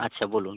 আচ্ছা বলুন